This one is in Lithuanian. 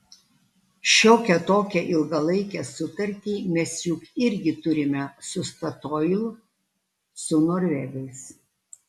šiokią tokią ilgalaikę sutartį mes juk irgi turime su statoil su norvegais